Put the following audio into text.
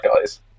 guys